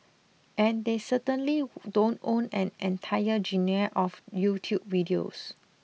and they certainly don't own an entire genre of YouTube videos